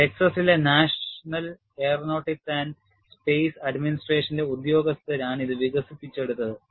ടെക്സസിലെ national aeronautics and space അഡ്മിനിസ്ട്രേഷന്റെ ഉദ്യോഗസ്ഥരാണ് ഇത് വികസിപ്പിച്ചെടുത്തത്